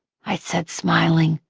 i said, smiling.